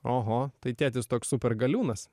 oho tai tėtis toks super galiūnas